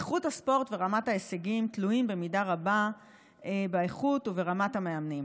איכות הספורט ורמת ההישגים תלויות במידה רבה באיכות וברמת המאמנים.